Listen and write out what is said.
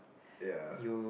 ya